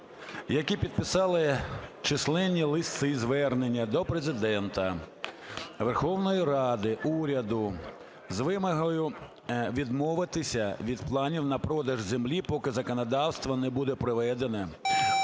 які підписали численні листи-звернення до Президента, Верховної Ради, уряду з вимогою відмовитися від планів на продаж землі, поки законодавство не буде приведе